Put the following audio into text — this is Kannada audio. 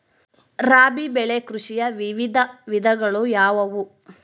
ರಾಬಿ ಬೆಳೆ ಕೃಷಿಯ ವಿವಿಧ ವಿಧಗಳು ಯಾವುವು?